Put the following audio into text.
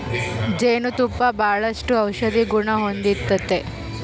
ಜೇನು ತುಪ್ಪ ಬಾಳಷ್ಟು ಔಷದಿಗುಣ ಹೊಂದತತೆ